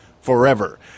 forever